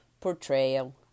portrayal